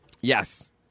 Yes